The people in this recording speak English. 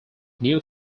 new